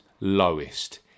lowest